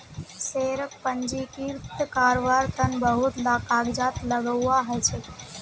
शेयरक पंजीकृत कारवार तन बहुत ला कागजात लगव्वा ह छेक